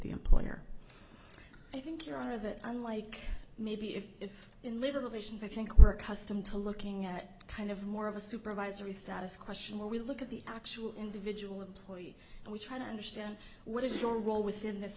the employer i think your honor that i'm like maybe if if in literal visions i think we're accustomed to looking at kind of more of a supervisory status question where we look at the actual individual employee and we try to understand what is your role within this